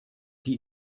die